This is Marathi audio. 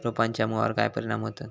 रोपांच्या मुळावर काय परिणाम होतत?